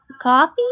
coffee